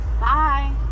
Bye